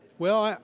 well,